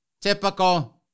Typical